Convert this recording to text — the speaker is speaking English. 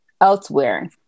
elsewhere